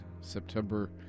September